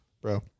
Bro